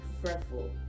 fretful